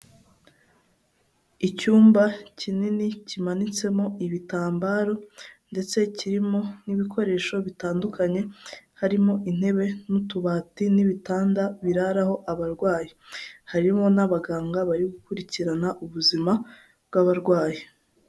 Icyumba kinini kimanitsemo ibitambaro, ndetse kirimo n'ibikoresho bitandukanye, harimo intebe, n'utubati, n'ibitanda biraraho abarwayi, harimo n'abaganga bari gukurikirana ubuzima bw'abarwayi.